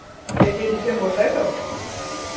ᱮᱠᱮᱭ December ᱛᱟᱭ ᱛᱚ